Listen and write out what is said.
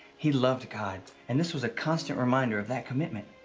he loved god and this was a constant reminder of that commitment.